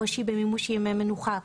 קושי במימוש ימי מנוחה,